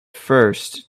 first